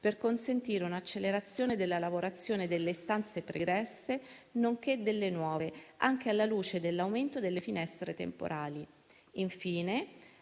per consentire un'accelerazione della lavorazione delle istanze pregresse nonché delle nuove, anche alla luce dell'aumento delle finestre temporali. Infine,